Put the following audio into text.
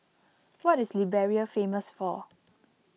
what is Liberia famous for